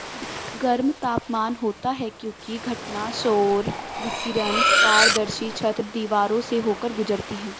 गर्म तापमान होता है क्योंकि घटना सौर विकिरण पारदर्शी छत, दीवारों से होकर गुजरती है